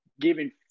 giving